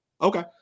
Okay